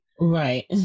Right